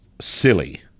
silly